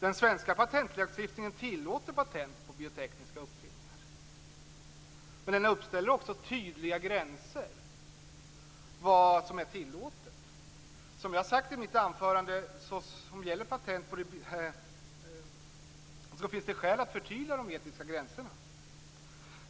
Den svenska patentlagstiftningen tillåter patent på biotekniska uppfinningar, men den uppställer också tydliga gränser för vad som är tillåtet. Jag sade i mitt anförande att det finns skäl att förtydliga de etiska gränserna.